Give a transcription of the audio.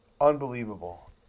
Unbelievable